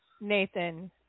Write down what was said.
Nathan